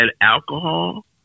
alcohol